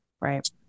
Right